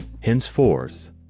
Henceforth